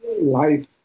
life